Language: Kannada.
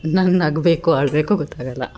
ನಾನು ನಗಬೇಕೋ ಅಳಬೇಕೋ ಗೊತ್ತಾಗೊಲ್ಲ